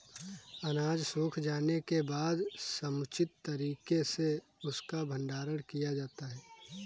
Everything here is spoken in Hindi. अनाज सूख जाने के बाद समुचित तरीके से उसका भंडारण किया जाता है